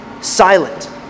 silent